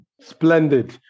Splendid